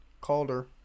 Calder